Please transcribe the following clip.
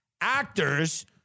actors